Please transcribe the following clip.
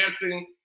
dancing